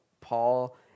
Paul